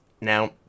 Now